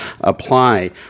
apply